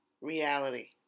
reality